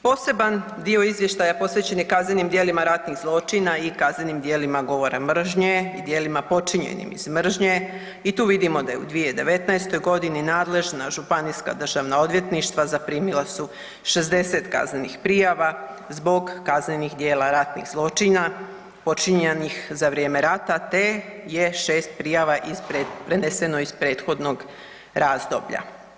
Poseban dio izvještaja posvećen je kaznenim djelima ratnih zločina i kaznenim djelima govora mržnje i djelima počinjenim iz mržnje i tu vidimo da je u 2019. godini nadležna županijska državna odvjetništva zaprimila su 60 kaznenih prijava zbog kaznenih djela ratnih zločina počinjenih za vrijeme rata te je 6 prijava preneseno iz prethodnog razdoblja.